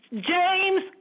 James